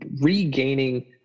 regaining